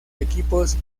equipos